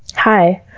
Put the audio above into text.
hi.